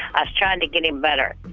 i was trying to get him better,